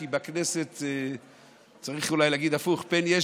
כי בכנסת צריך אולי להגיד הפוך: פן יש